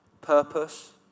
purpose